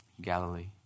Galilee